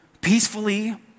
peacefully